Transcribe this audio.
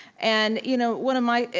and you know, one of my,